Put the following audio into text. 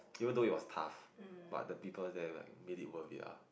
even though it was tough but the people there like mean it worth it ah